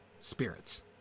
spirits